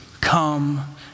come